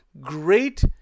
great